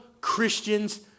Christians